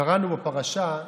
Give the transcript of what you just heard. קראנו בפרשה,